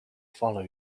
follow